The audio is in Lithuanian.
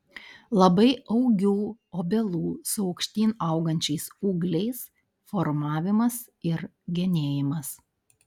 labai augių obelų su aukštyn augančiais ūgliais formavimas ir genėjimas